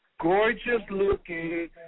gorgeous-looking